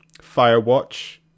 Firewatch